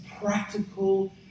practical